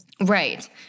Right